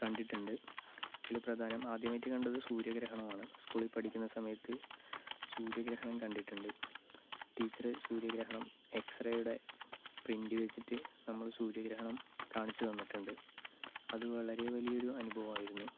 കണ്ടിട്ടുണ്ട് ഇതിൽ പ്രധാനം ആദ്യമായിട്ട് കണ്ടത് സൂര്യഗ്രഹണമാണ് സ്കൂളിൽ പഠിക്കുന്ന സമയത്ത് സൂര്യഗ്രഹണം കണ്ടിട്ടുണ്ട് ടീച്ചർ സൂര്യഗ്രഹണം എക്സറേയുടെ പ്രിൻ്റ് വെച്ചിട്ട് നമ്മൾ സൂര്യഗ്രഹണം കാണിച്ചു തന്നിട്ടുണ്ട് അത് വളരെ വലിയൊരു അനുഭവമായിരുന്നു